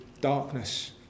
darkness